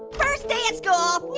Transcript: first day at school.